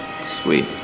Sweet